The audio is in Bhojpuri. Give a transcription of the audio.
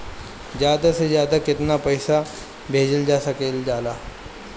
ज्यादा से ज्यादा केताना पैसा भेजल जा सकल जाला?